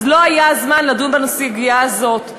אז לא היה זמן לדון בסוגיה הזאת.